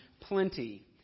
plenty